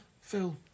Phil